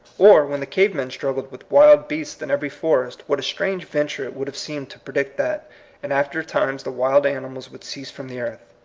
or, when the cavemen struggled with wild beasts in every forest, what a strange ven ture it would have seemed to predict that in after times the wild animals would cease from the earth,